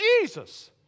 Jesus